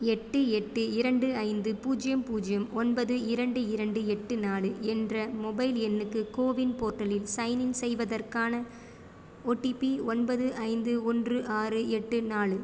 எட்டு எட்டு இரண்டு ஐந்து பூஜ்ஜியம் பூஜ்ஜியம் ஒன்பது இரண்டு இரண்டு எட்டு நாலு என்ற மொபைல் எண்ணுக்கு கோவின் போர்ட்டலில் சைன்இன் செய்வதற்கான ஓடிபி ஒன்பது ஐந்து ஒன்று ஆறு எட்டு நாலு